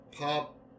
pop